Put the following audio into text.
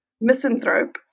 misanthrope